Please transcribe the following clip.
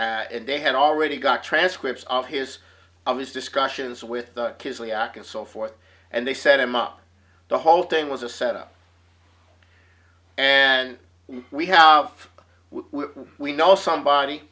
t and they had already got transcripts of his of his discussions with the kids and so forth and they set him up the whole thing was a set up and we have we know somebody